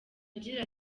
agira